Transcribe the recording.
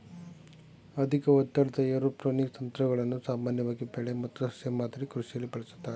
ಅಧಿಕ ಒತ್ತಡದ ಏರೋಪೋನಿಕ್ ತಂತ್ರಗಳನ್ನು ಸಾಮಾನ್ಯವಾಗಿ ಬೆಳೆ ಮತ್ತು ಸಸ್ಯ ಮಾದರಿ ಕೃಷಿಲಿ ಬಳಸ್ತಾರೆ